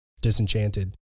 disenchanted